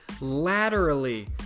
laterally